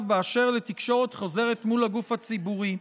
באשר לתקשורת חוזרת מול הגוף הציבורי.